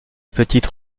petite